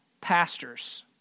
pastors